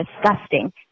disgusting